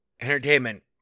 Entertainment